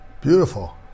Beautiful